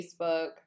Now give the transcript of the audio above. Facebook